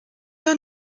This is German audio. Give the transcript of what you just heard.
der